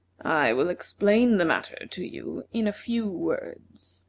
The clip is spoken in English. i will explain the matter to you in a few words,